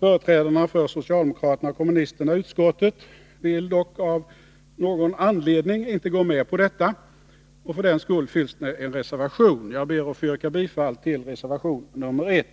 Företrädarna för socialdemokraterna och kommunisterna i utskottet vill dock, av någon anledning, inte gå med på detta, och för den skull finns det en reservation. Jag ber att få yrka bifall till reservation nr 1.